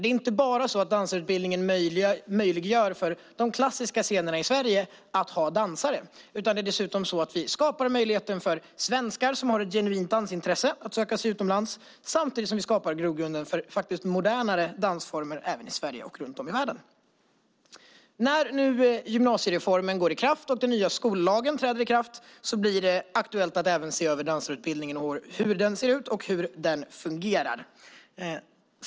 Det är inte bara så att dansarutbildningen möjliggör för de klassiska scenerna i Sverige att ha dansare, utan den skapar dessutom möjligheten för svenskar som har ett genuint dansintresse att söka sig utomlands. Samtidigt skapar vi grogrunden för modernare dansformer i Sverige och även runt om i världen. När nu gymnasiereformen och den nya skollagen träder i kraft blir det aktuellt att även se över dansarutbildningen i år, hur den ser ut och fungerar.